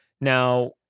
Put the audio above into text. Now